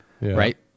Right